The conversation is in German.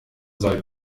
soll